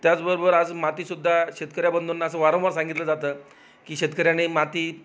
त्याचबरोबर आज मातीसुद्धा शेतकऱ्या बंधुना असं वारंवार सांगितलं जातं की शेतकऱ्याने माती